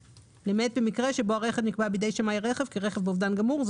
למעט במקרה שבו הרכב נקבע בידי שמאי רכב כרכב אובדן גמור".